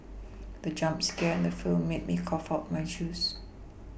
the jump scare in the film made me cough out my juice